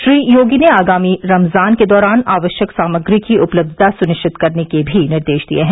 श्री योगी ने आगामी रमजान के दौरान आवश्यक सामग्री की उपलब्धता सुनिश्चित करने के भी निर्देश दिए हैं